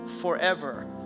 forever